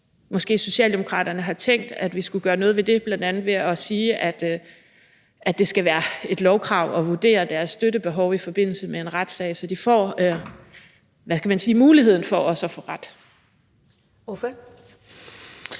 Har Socialdemokraterne måske tænkt, at vi skulle gøre noget ved det, bl.a. ved at sige, at det skal være et lovkrav at vurdere deres støttebehov i forbindelse med en retssag, så de, hvad skal man sige, får muligheden for også at få ret?